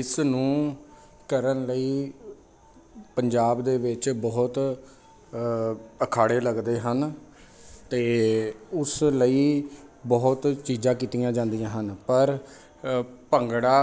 ਇਸ ਨੂੰ ਕਰਨ ਲਈ ਪੰਜਾਬ ਦੇ ਵਿੱਚ ਬਹੁਤ ਅਖਾੜੇ ਲੱਗਦੇ ਹਨ ਅਤੇ ਉਸ ਲਈ ਬਹੁਤ ਚੀਜ਼ਾਂ ਕੀਤੀਆਂ ਜਾਂਦੀਆਂ ਹਨ ਪਰ ਭੰਗੜਾ